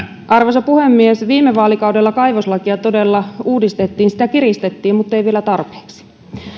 arvoisa puhemies viime vaalikaudella kaivoslakia todella uudistettiin sitä kiristettiin mutta ei vielä tarpeeksi